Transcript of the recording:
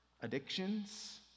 addictions